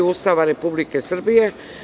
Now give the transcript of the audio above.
Ustava Republike Srbije.